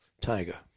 Tiger